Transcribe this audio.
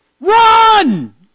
Run